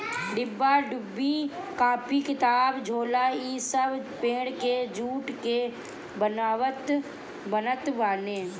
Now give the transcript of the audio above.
डिब्बा डुब्बी, कापी किताब, झोला इ सब पेड़ के जूट से बनत बाने